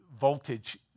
voltage